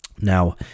now